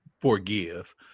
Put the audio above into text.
forgive